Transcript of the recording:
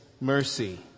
mercy